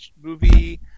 movie